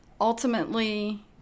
ultimately